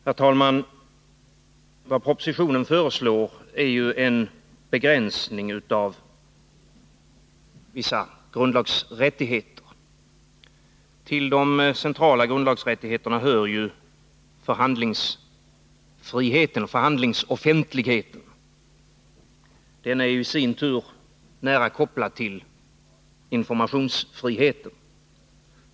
Herr talman! Vad propositionen föreslår är en begränsning av vissa grundlagsrättigheter. Till de centrala grundlagsrättigheterna hör förhandlingsoffentligheten. Den är i sin tur nära kopplad till informationsfriheten.